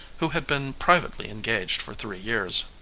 who had been privately engaged for three years.